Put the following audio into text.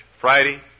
Friday